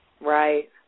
Right